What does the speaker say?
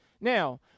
Now